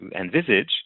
envisage